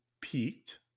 peaked